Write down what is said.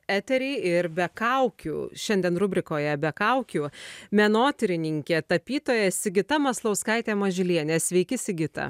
eterį ir be kaukių šiandien rubrikoje be kaukių menotyrininkė tapytoja sigita maslauskaitė mažylienė sveiki sigita